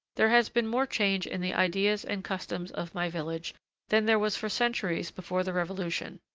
there has been more change in the ideas and customs of my village than there was for centuries before the revolution.